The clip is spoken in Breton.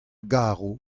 garo